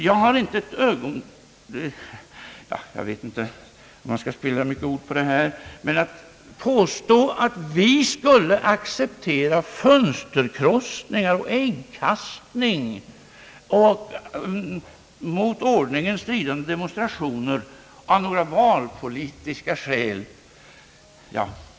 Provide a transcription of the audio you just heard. Jag vet inte om jag skall spilla många ord på sådana här uttalanden, där man påstår att vi skulle acceptera fönsterkrossningar och äggkastning och mot ordningen stridande demonstrationer av några valpolitiska skäl.